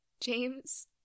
James